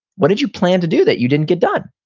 what did you plan to do that you didn't get done?